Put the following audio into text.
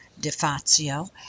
Defazio